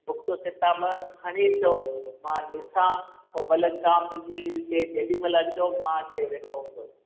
book किताब खणी अचो मां ॾिसां पोइ भले तव्हां पंहिंजी ते जेॾीमहिल अचो मां हिते वेठो हूंदो